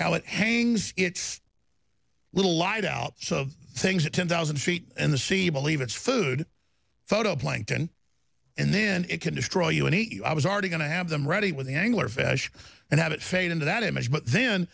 how it hangs its little light out of things at ten thousand feet in the sea believe it's food photo plankton and then it can destroy you and eat you i was already going to have them ready with the angler fish and have it fade into that image but then